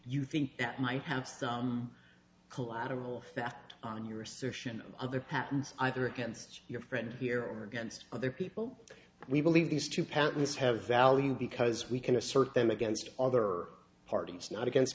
you think that might have some collateral that on your assertion other patents either against your friend here or against other people we believe these two patents have value because we can assert them against other parties not against